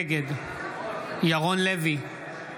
נגד ירון לוי,